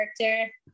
character